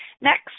Next